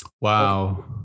wow